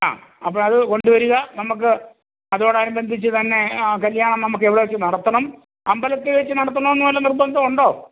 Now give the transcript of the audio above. ആ അപ്പോൾ അത് കൊണ്ട് വരുക നമുക്ക് അതോടനുബന്ധിച് തന്നെ ആ കല്യാണം നമുക്ക് ഇവിടെ വെച്ച് നടത്തണം അമ്പലത്തിൽവെച്ച് നടത്തണം എന്ന് വല്ല നിർബന്ധവും ഉണ്ടോ